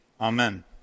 Amen